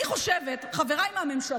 אני חושבת, חבריי מהממשלה,